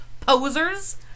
posers